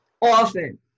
Often